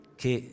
che